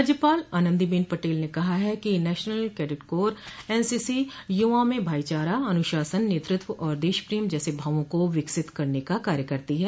राज्यपाल आनन्दीबेन पटेल ने कहा कि एनसीसी नेशनल क्रेडिट कोर युवाओं में भाईचार अनुशासन नेतृत्व और देशप्रेम जैसे भावों को विकसित करने का कार्य करती है